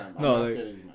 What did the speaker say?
no